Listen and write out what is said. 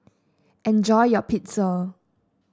enjoy your Pizza